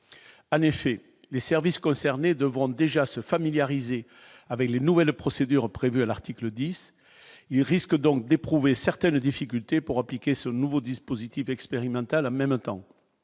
chez les services concernés devront déjà se familiariser avec les nouvelles procédures prévues à l'article 10 il risque donc d'éprouver certaines difficultés pour appliquer ce nouveau dispositif expérimental en même temps